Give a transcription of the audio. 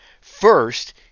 First